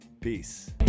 peace